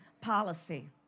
policy